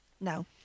No